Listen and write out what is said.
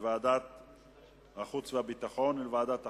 לוועדת החוץ והביטחון ולוועדת החוקה,